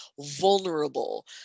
vulnerable